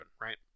right